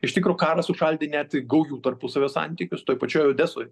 iš tikro karas sušaldė net gaujų tarpusavio santykius toj pačioj odesoj